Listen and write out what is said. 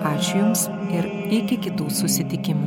ačiū jums ir iki kitų susitikimų